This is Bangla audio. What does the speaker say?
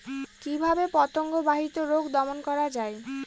কিভাবে পতঙ্গ বাহিত রোগ দমন করা যায়?